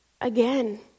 again